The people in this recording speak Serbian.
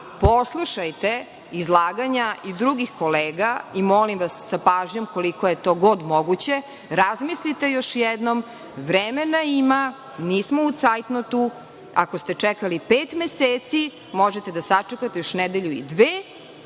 poslušajte izlaganja i drugih kolega i molim vas sa pažnjom, koliko je to god moguće, razmislite još jednom, vremena ima, nismo u cajtnotu, ako ste čekali pet meseci, možete da sačekate još nedelju i dve,